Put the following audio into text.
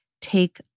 take